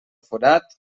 forat